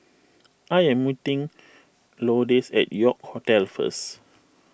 I am meeting Lourdes at York Hotel first